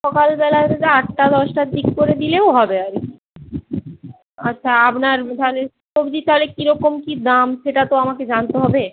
সকালবেলায় আটটা দশটার দিক করে দিলেও হবে আচ্ছা আপনার ধারে সবজি তাহলে কীরকম কী দাম সেটা তো আমাকে জানতে হবে